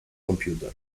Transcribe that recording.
computer